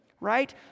right